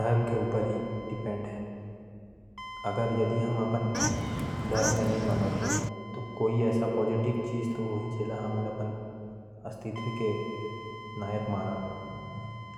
धर्म पर आधारित है।